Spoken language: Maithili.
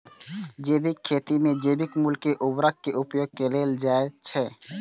जैविक खेती मे जैविक मूल के उर्वरक के उपयोग कैल जाइ छै